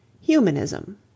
Humanism